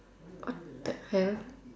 what the hell